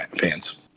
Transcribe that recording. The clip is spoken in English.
fans